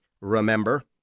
remember